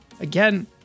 Again